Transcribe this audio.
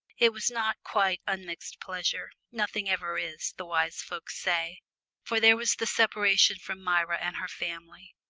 it was not quite unmixed pleasure nothing ever is, the wise folk say for there was the separation from myra and her family.